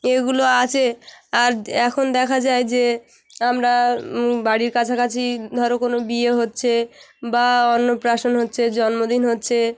এগুলো আছে আর এখন দেখা যায় যে আমরা বাড়ির কাছাকাছি ধর কোনো বিয়ে হচ্ছে বা অন্নপ্রাশন হচ্ছে জন্মদিন হচ্ছে